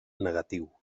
negatiu